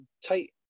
take